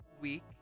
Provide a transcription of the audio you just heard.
week